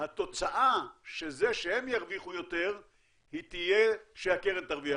התוצאה של זה שהם ירוויחו יותר תהיה שהקרן תרוויח יותר.